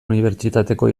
unibertsitateko